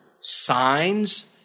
signs